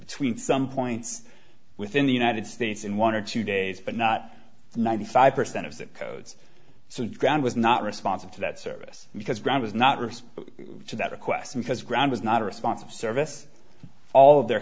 between some points within the united states in one or two days but not ninety five percent of the codes so the ground was not responsive to that service because ground was not respond to that request because ground was not a response of service all of their